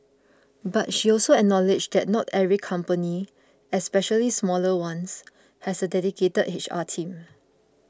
but she also acknowledged that not every company especially smaller ones has a dedicated HR team